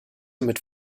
mit